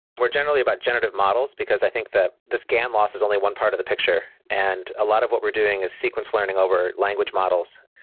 more generally about generative models, because i think that this gan loss is only one part of the picture. and a lot of what we're doing is sequence learning over language models.